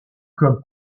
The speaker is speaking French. comme